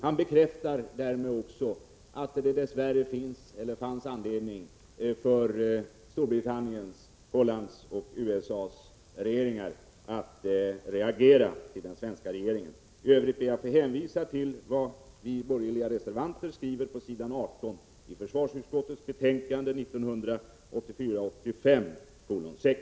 Han bekräftar därmed att det dess värre finns anledning för Storbritanniens, Hollands och USA:s regeringar att reagera till den svenska regeringen. I övrigt ber jag att få hänvisa till vad vi borgerliga reservanter skriver på s. 18 i försvarsutskottets betänkande 1984/85:6.